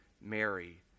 Mary